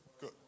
good